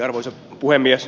arvoisa puhemies